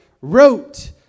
wrote